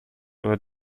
were